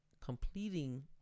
completing